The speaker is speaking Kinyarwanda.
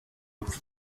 ipfa